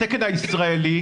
התקן הישראלי,